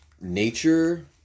Nature